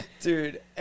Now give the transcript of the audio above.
Dude